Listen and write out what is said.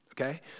okay